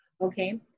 Okay